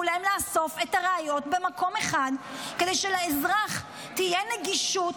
להם לאסוף את הראיות במקום אחד כדי שלאזרח תהיה נגישות